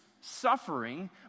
suffering